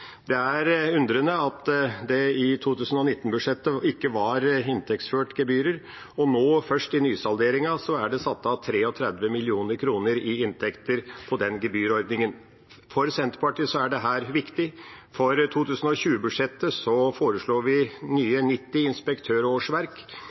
undrende til at det i 2019-budsjettet ikke var inntektsført gebyrer, og at det først i nysalderingen er satt av 33 mrd. kr i inntekter på gebyrordningen. For Senterpartiet er dette viktig. For 2020-budsjettet foreslår vi